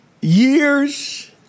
years